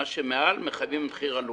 ומה שמעל מחייבים במחיר עלות.